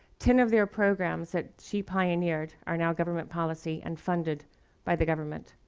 ten of their programs that she pioneered are now government policy and funded by the government.